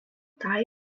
tai